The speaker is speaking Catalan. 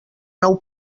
nou